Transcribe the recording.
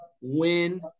win